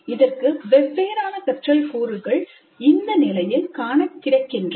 இதற்கு வெவ்வேறான கற்றல் கூறுகள் இந்த நிலையில் காணக் கிடைக்கின்றன